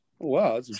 Wow